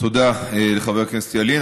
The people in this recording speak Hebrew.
תודה, חבר הכנסת ילין.